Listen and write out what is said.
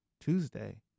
Tuesday